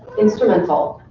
instrumental.